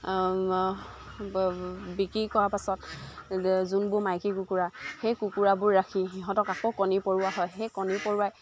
বিক্ৰী কৰাৰ পাছত যোনবোৰ মাইকী কুকুৰা সেই কুকুৰাবোৰ ৰাখি সিহঁতক আকৌ কণী পৰোৱা হয় সেই কণী পৰোৱাই